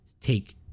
take